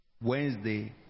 wednesday